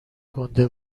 گنده